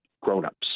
grownups